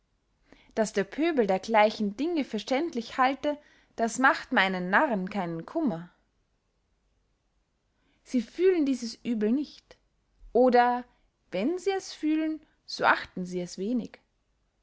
daß der pöbel dergleichen dinge für schändlich halte das macht meinen narren keinen kummer sie fühlen dieses uebel nicht oder wenn sie es fühlen so achten sie es wenig